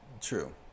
True